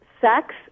sex